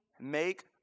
make